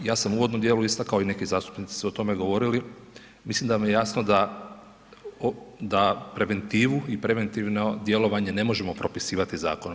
Ja sam u uvodnom dijelu istakao i neki zastupnici su o tome govorili, mislim da vam je jasno da preventivu i preventivno djelovanje ne možemo propisivati zakonom.